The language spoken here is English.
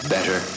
Better